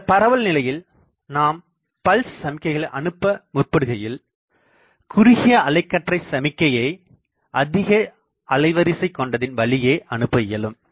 இந்த பரவல் நிலையில் நாம் பல்ஸ் சமிக்கைகளை அனுப்ப முற்படுகையில் குறுகிய அலைக்கற்றை சமிக்கையை அதிக அலைவரிசை கொண்டதின் வழியே அனுப்ப இயலும்